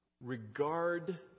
regard